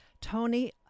Tony